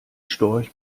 storch